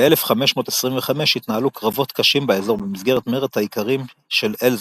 ב-1525 התנהלו קרבות קשים באזור במסגרת מרד האיכרים של אלזס.